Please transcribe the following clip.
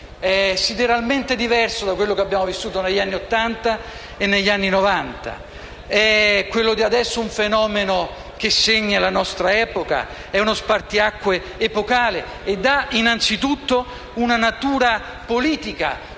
è sideralmente diverso da quello che abbiamo vissuto negli anni Ottanta e negli anni Novanta. Quello attuale è un fenomeno che segna la nostra epoca, è uno spartiacque epocale e ha innanzitutto una natura politica.